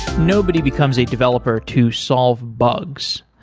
nobody becomes a developer to solve bugs.